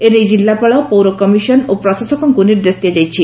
ଏ ନେଇ କିଲୁପାଳ ପୌର କମିଶନ ଓ ପ୍ରଶାସକଙ୍କୁ ନିର୍ଦ୍ଦେଶ ଦିଆଯାଇଛି